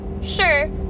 sure